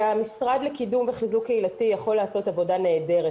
והמשרד לקידום וחיזוק קהילתי יכול לעשות עבודה נהדרת,